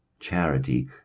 Charity